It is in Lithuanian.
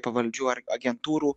pavaldžių ar agentūrų